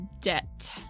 debt